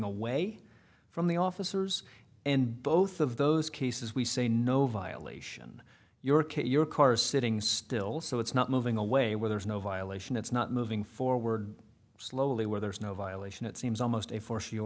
away from the officers and both of those cases we say no violation you're kate your car sitting still so it's not moving away where there is no violation it's not moving forward slowly where there is no violation it seems almost a force your